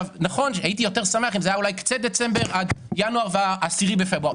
הייתי יותר שמח אם זה היה קצה דצמבר עד ינואר וה-10 בפברואר,